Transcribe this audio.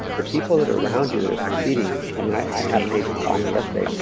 the people that are around you that are succeeding, i mean, i had an agent call me yesterday.